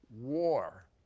war